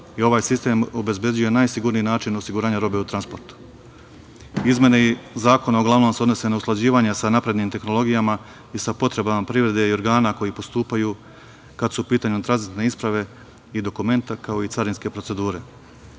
i ovaj sistem obezbeđuje najsigurniji način osiguranja robe u transportu. Izmene zakona uglavnom se odnose na usklađivanje sa naprednim tehnologijama i sa potrebama privrede i organa koji postupaju, kada su u pitanju tranzitne isprave i dokumenta kao i carinske procedure.